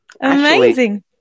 Amazing